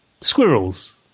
squirrels